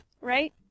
right